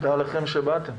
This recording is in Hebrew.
תודה לכם שבאתם.